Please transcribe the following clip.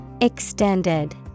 Extended